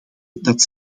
dat